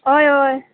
हय हय